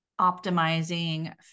optimizing